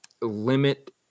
limit